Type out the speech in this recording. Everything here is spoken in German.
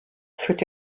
führt